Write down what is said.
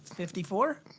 fifty four.